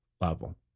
level